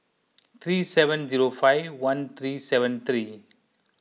three seven zero five one three seven three